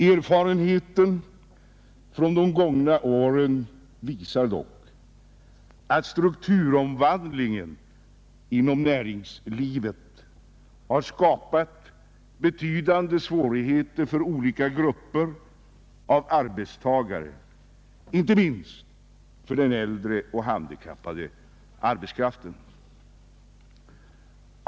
Erfarenheterna från de gångna åren visar dock att strukturomvandlingen inom näringslivet har medfört betydande svårigheter för olika grupper av arbetstagare, inte minst för den äldre och handikappade arbetskraften.